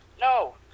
No